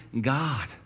God